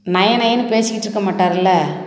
நய நயன்னு பேசிக்கிட்டு இருக்க மாட்டாருல்ல